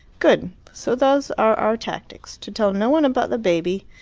good. so those are our tactics to tell no one about the baby,